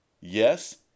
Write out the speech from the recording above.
Yes